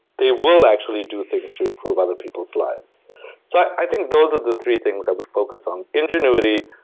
they will actually do things to improve other people's lives so i think those are the three things i would focus on. ingenuity.